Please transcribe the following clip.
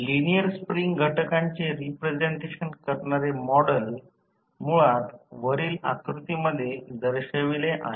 linear spring घटकांचे representation करणारे model मुळात वरील आकृतीमध्ये दर्शविले आहे